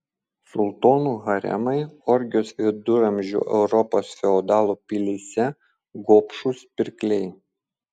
sultonų haremai orgijos viduramžių europos feodalų pilyse gobšūs pirkliai